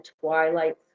twilight